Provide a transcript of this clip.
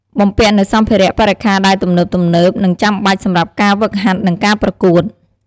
បំពាក់នូវសម្ភារៈបរិក្ខារដែលទំនើបៗនិងចាំបាច់ សម្រាប់ការហ្វឹកហាត់ និងការប្រកួត។